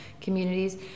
communities